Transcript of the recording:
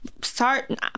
Start